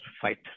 fight